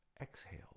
exhale